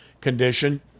condition